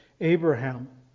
Abraham